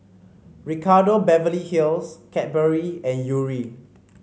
Ricardo Beverly Hills Cadbury and Yuri